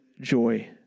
joy